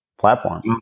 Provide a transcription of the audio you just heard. platform